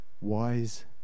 wise